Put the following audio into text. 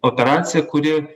operacija kuri